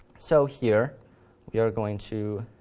so here we're going to